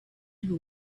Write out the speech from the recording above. who